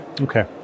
Okay